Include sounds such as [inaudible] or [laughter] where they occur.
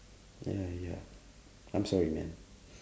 ya ya ya I'm sorry man [breath]